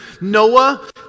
Noah